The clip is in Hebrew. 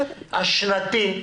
השנתי,